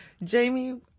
Jamie